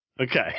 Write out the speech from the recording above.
Okay